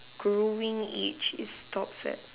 growing age is stops at